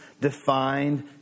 defined